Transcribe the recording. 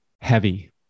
heavy